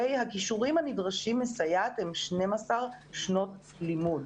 הכישורים שנדרשים לסייעת הם 12 שנות לימוד.